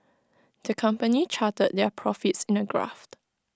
the company charted their profits in A graphed